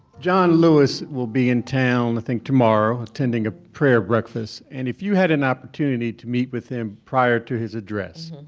john lewis will be in town, i think, tomorrow, attending a prayer breakfast. and if you had an opportunity to meet with him prior to his address,